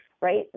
Right